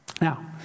Now